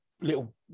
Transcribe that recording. little